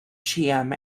cheam